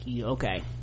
okay